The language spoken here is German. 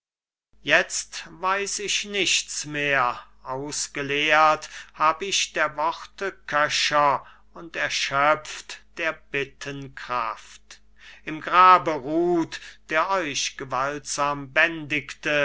jetzt weiß ich nichts mehr ausgeleert hab ich der worte köcher und erschöpft der bitten kraft im grabe ruht der euch gewaltsam bändigte